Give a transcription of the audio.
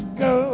go